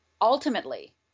ultimately